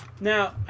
Now